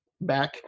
back